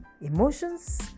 emotions